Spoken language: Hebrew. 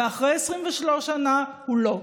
ואחרי 23 שנה הוא לא.